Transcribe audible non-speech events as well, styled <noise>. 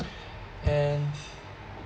<breath> and